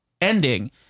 ending